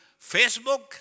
Facebook